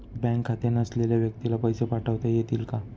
Bank खाते नसलेल्या व्यक्तीला पैसे पाठवता येतील का?